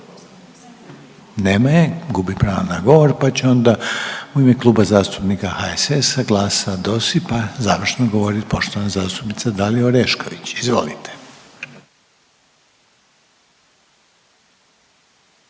Nema je, gubi pravo na govor pa će onda u ime Kluba zastupnika HSS-a, GLAS-a i DOSIP-a završno govoriti poštovana zastupnica Dalija Orešković, izvolite.